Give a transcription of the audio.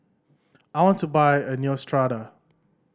I want to buy Neostrata